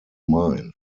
mind